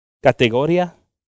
categoría